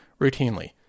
routinely